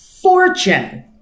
fortune